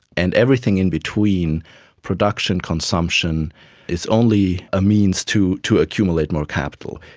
and everything in between production, consumption is only a means to to accumulate more capital.